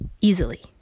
easily